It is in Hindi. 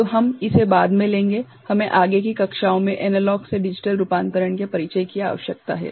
तो हम इसे बाद मे लेंगे हमें आगे की कक्षाओं में एनालॉग से डिजिटल रूपांतरण के परिचय की आवश्यकता है